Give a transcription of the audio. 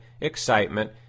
excitement